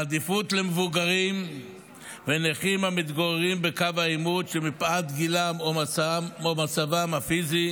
בעדיפות למבוגרים ולנכים המתגוררים בקו העימות שמפאת גילם או מצבם הפיזי